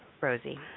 Rosie